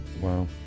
Wow